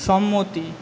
সম্মতি